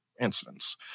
incidents